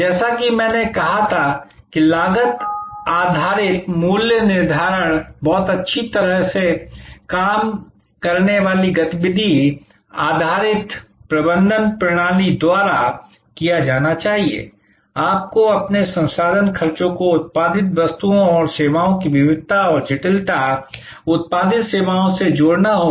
जैसा कि मैंने कहा था कि लागत आधारित मूल्य निर्धारण बहुत अच्छी तरह से काम करने वाली गतिविधि आधारित प्रबंधन प्रणाली द्वारा किया जाना चाहिए आपको अपने संसाधन खर्चों को उत्पादित वस्तुओं और सेवाओं की विविधता और जटिलता उत्पादित सेवाओं से जोड़ना होगा